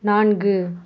நான்கு